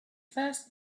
first